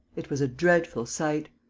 it was a dreadful sight.